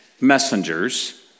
messengers